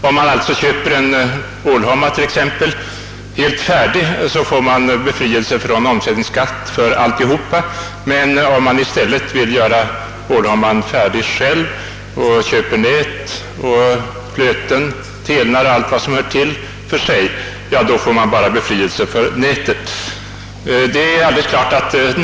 Om man alltså köper en ålhomma helt färdig, blir man befriad från omsättningsskatt för hela köpet, men om man i stället själv vill göra ålhomman färdig och därför köper nät, flöten, telnar och allt annat som hör till separat, så får man befrielse från skatt bara för nätet.